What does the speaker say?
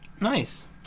Nice